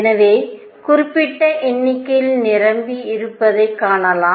எனவே குறிப்பிட்ட எண்ணிக்கையில் நிரம்பி இருப்பதை காணலாம்